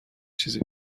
چیزی